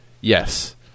yes